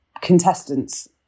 contestants